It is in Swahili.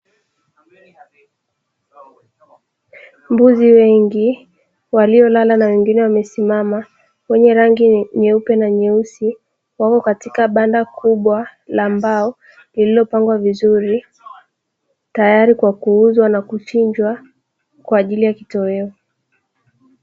Mbuzi wengi waliolala na wengine kusimama wenye rangi nyeupe na nyeusi wapo katika banda kubwa la mbao lililopangwa vizuri, tayari kwa kuuzwa na kuchinjwa kwa ajili ya kitoweo.